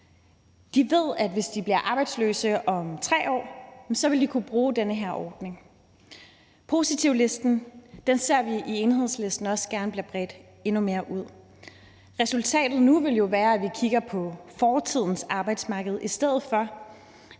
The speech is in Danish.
De ved, at hvis de bliver arbejdsløse om 3 år, vil de kunne bruge den her ordning. Positivlisten ser vi i Enhedslisten også gerne blive bredt endnu mere ud. Resultatet nu ville jo være, at vi kigger på fortidens arbejdsmarked, i stedet for